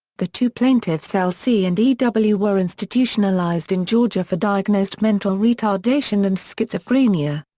the two plaintiffs l c. and e w. were institutionalized in georgia for diagnosed mental retardation and schizophrenia.